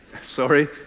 Sorry